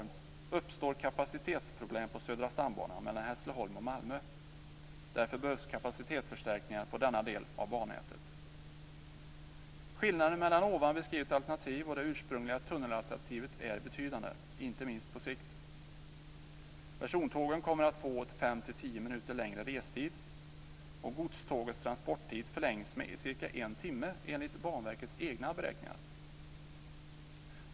Malmö. Därför behövs kapacitetsförstärkningar på denna del av bannätet. Skillnaden mellan ovan beskrivet alternativ och det ursprungliga tunnelalternativet är betydande, inte minst på sikt. Persontågen kommer att få 5-10 minuter längre restid och godstågens transporttid förlängs med ca 1 timme, enligt Banverkets egna beräkningar.